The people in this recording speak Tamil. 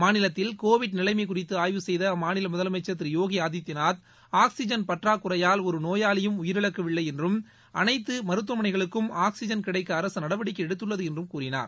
மாநிலத்தில் கோவிட் நிலைமை குறித்து ஆய்வு செய்த அம்மாநில முதலமைச்சள் திரு யோகி ஆதித்யநாத் ஆக்லிஜன் பற்றாக்குறையால் ஒரு நோயாளியும் உயிரிழக்கவில்லை என்றும் அனைத்து மருத்துவமனைகளுக்கும் ஆக்ஸிஜன் கிடைக்க அரசு நடவடிக்கை எடுத்துள்ளது என்றும் கூறினார்